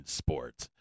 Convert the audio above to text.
sports